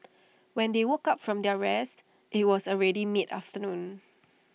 when they woke up from their rest IT was already mid afternoon